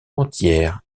entières